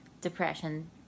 depression